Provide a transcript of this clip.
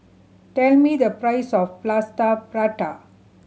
tell me the price of Plaster Prata